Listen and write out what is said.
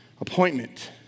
appointment